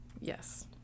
Yes